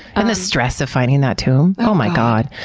and the stress of finding that too. um oh my god.